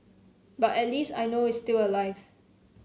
but at least I know is still alive